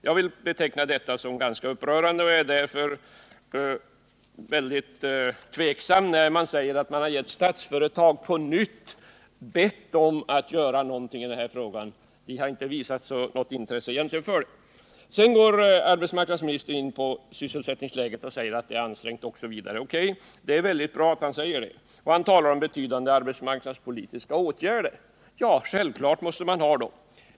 Jag vill beteckna det som ganska upprörande och är därför väldigt tveksam när det sägs att man på nytt bett Statsföretag att göra någonting i denna fråga. Statsföretag har egentligen inte visat något intresse. Sedan går arbetsmarknadsministern in på sysselsättningsläget och säger att det är ansträngt osv. O. K. Det är bra att man säger det. Han talar också om betydande arbetsmarknadspolitiska åtgärder. Självfallet måste man vidta sådana!